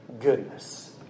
goodness